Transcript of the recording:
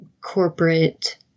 corporate